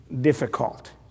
difficult